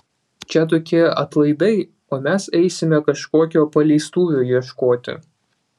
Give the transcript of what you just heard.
čia tokie atlaidai o mes eisime kažkokio paleistuvio ieškoti